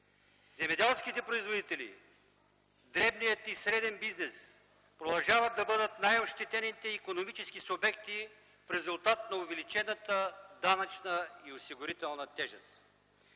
Земеделските производители, дребният и средният бизнес продължават да бъдат най-ощетените икономически субекти в резултат на увеличената данъчна и осигурителна тежест.